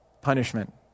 punishment